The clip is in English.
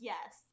Yes